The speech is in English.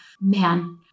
man